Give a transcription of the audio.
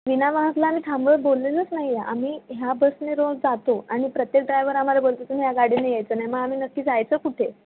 विना वाहकला आम्ही थांबवायला बोललेलोच नाही आहे आम्ही ह्या बसने रोज जातो आणि प्रत्येक ड्रायवर आम्हाला बोलतो तुम्ही या गाडीने यायचं नाही मग आम्ही नक्की जायचं कुठे